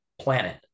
planet